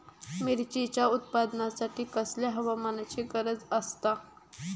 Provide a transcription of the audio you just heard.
मिरचीच्या उत्पादनासाठी कसल्या हवामानाची गरज आसता?